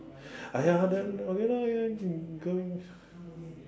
!aiya! then okay lah ya go